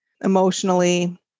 emotionally